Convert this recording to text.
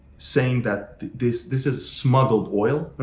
saying that this this is smuggled oil.